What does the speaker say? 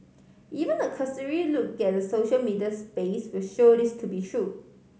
even a cursory look at the social media space will show this to be true